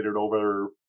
over